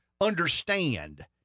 understand